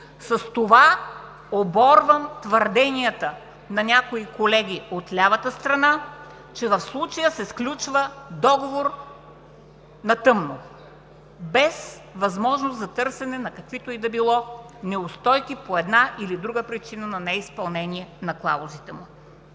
С това оборвам твърденията на някои колеги от лявата страна, че в случая се сключва договор на тъмно, без възможност за търсене на каквито и да е било неустойки по една или други причина на неизпълнение на клаузите му.